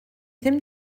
ddim